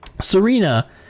Serena